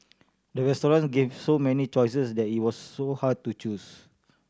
the restaurant gave so many choices that it was so hard to choose